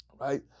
right